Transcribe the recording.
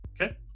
Okay